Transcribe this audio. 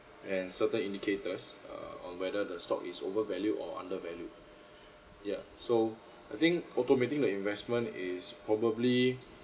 and certain indicators uh on whether the stock is over valued or under valued ya so I think automating the investment is probably